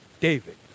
David